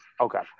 Okay